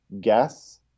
guess